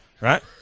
right